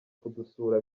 kudusura